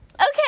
okay